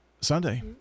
Sunday